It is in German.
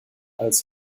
als